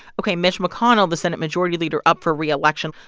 ok, mitch mcconnell, the senate majority leader up for reelection,